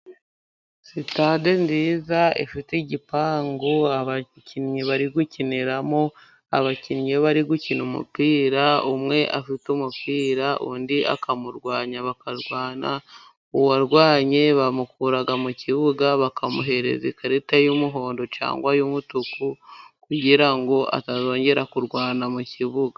Sitade nziza ifite igipangu abakinnyi bari gukiniramo. Abakinnyi bari gukina umupira umwe afite umupira undi akamurwanya bakarwana, uwarwanye bamukura mu kibuga bakamuhereza ikarita yumuhondo cyangwa iy'umutuku kugirango atazongera kurwana mu kibuga.